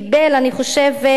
אני חושבת,